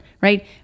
right